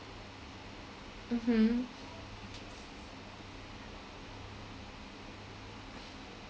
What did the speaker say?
mmhmm